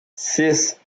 six